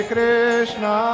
Krishna